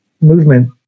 movement